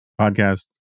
podcast